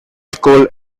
schools